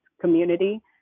community